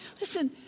listen